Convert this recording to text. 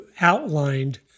outlined